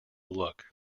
look